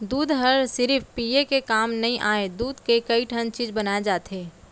दूद हर सिरिफ पिये के काम नइ आय, दूद के कइ ठन चीज बनाए जाथे